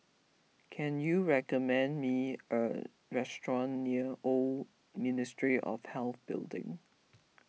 can you recommend me a restaurant near Old Ministry of Health Building